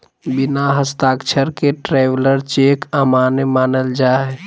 बिना हस्ताक्षर के ट्रैवलर चेक अमान्य मानल जा हय